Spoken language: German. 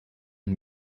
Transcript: und